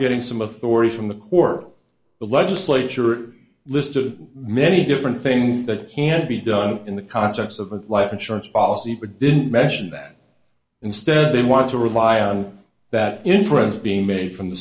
getting some authority from the core the legislature list of many different things that can be done in the context of a life insurance policy but didn't mention that instead they want to rely on that inference being made from the